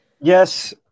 Yes